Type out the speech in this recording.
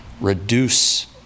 reduce